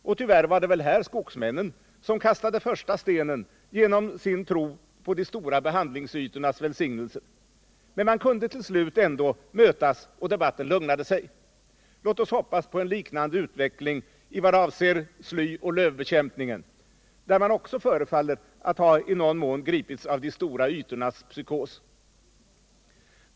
Och tyvärr var det väl här skogsmännen som kastade första stenen genom sin tro på de stora behandlingsytornas välsignelse, men man kunde till slut ändå mötas, och debatten lugnade sig. Låt oss hoppas på en liknande utveckling i vad avser slyoch lövbekämpningen, där man också förefaller att ha i någon mån gripits av de stora ytornas psykos.